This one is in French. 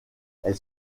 elle